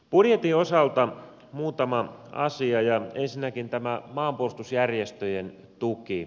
budjetin osalta muutama asia ensinnäkin tämä maanpuolustusjärjestöjen tuki